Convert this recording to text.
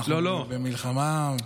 אנחנו במלחמה,